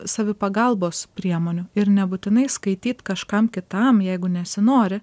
savipagalbos priemonių ir nebūtinai skaityt kažkam kitam jeigu nesinori